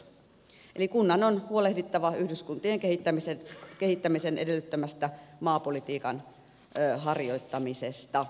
eli kunnan on huolehdittava yhdyskuntien kehittämisen edellyttämästä maapolitiikan harjoittamisesta